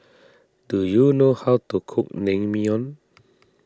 do you know how to cook Naengmyeon